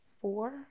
four